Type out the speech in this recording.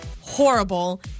horrible